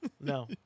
No